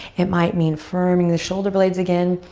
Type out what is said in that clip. it might mean firming the shoulder blades again,